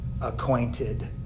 acquainted